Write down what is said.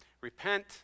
Repent